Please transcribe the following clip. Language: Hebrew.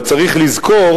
אבל צריך לזכור